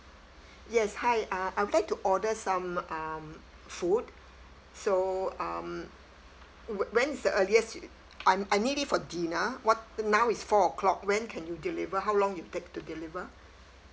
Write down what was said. yes hi uh I would like to order some um food so um when when is the earliest you I I need it for dinner what now is four o'clock when can you deliver how long you take to deliver